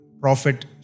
Prophet